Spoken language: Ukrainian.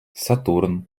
сатурн